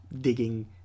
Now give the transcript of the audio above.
digging